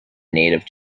native